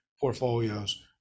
portfolios